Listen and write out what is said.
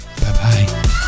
Bye-bye